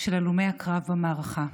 של הלומי הקרב במערכה,